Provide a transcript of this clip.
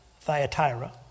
Thyatira